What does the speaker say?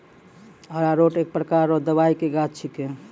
अरारोट एक प्रकार रो दवाइ के गाछ छिके